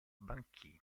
banchine